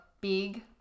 big